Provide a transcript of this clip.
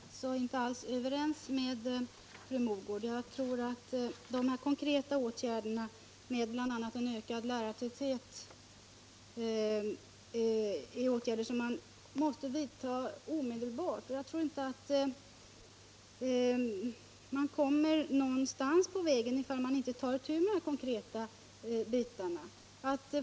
Herr talman! Där är jag alltså inte alls överens med fru Mogård. Jag tror att de konkreta åtgärder jag nämnde, bl.a. ökad lärartäthet, är sådant som måste till omedelbart. Jag tror inte att man kommer någonstans på vägen, ifall man inte tar itu med de konkreta bitarna.